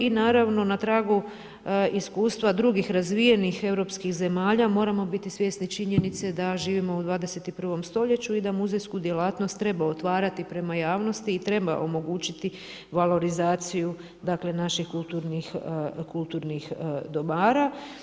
I naravno na tragu iskustva drugih razvijenih europskih zemalja moramo biti svjesni činjenice da živimo u 21. stoljeću i da muzejsku djelatnost treba otvarati prema javnosti i treba omogućiti valorizaciju dakle naših kulturnih dobara.